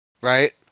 right